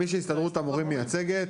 מי שהסתדרות המורים מייצגת,